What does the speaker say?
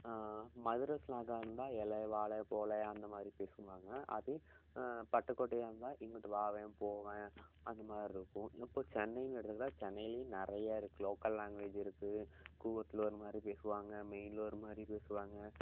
மதுரை ஸ்லாங்காக இருந்தால் ஏல வால போல அந்தமாதிரி பேசுவாங்க அதே பட்டுகோட்டையாருந்தால் இங்குட்டு வாவேன் போவேன் அந்தமாதிரி இருக்கும் இப்போ சென்னையினு எடுத்துக்கிட்டால் சென்னையிலையும் நிறையா இருக்குது லோக்கல் லேங்வேஜ் இருக்குது கூவத்தில் ஒருமாதிரி பேசுவாங்க மெயின்ல ஒருமாதிரி பேசுவாங்க